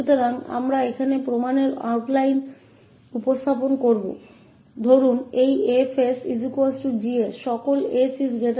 इसलिए हम यहां केवल प्रमाण की रूपरेखा प्रस्तुत करेंगे